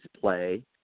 play